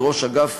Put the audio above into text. לראש אגף